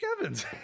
Evans